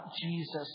Jesus